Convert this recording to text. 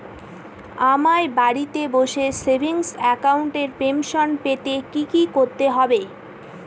আমায় বাড়ি বসে সেভিংস অ্যাকাউন্টে পেনশন পেতে কি কি করতে হবে?